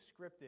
scripted